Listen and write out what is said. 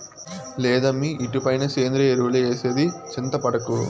లేదమ్మీ ఇటుపైన సేంద్రియ ఎరువులే ఏసేది చింతపడకు